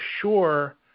sure